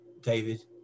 David